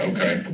Okay